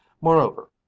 Moreover